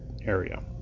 area